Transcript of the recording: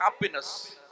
happiness